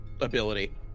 ability